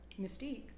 Mystique